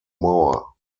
more